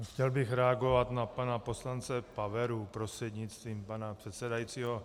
Chtěl bych reagovat na pana poslance Paveru prostřednictvím pana předsedajícího.